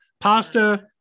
Pasta